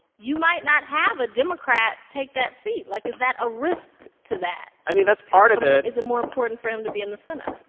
you might not have a democrat take that seat. like, is that a risk to that? i mean, that's part of it is it more important for him to be in the senate?